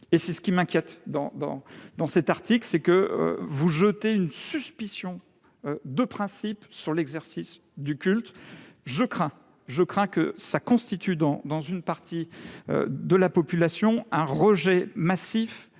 Ce qui m'inquiète dans cet article, c'est que vous jetez une suspicion de principe sur l'exercice du culte. Je crains que cela n'entraîne, dans une partie de la population, un rejet massif